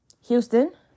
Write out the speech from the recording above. Houston